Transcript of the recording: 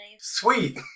Sweet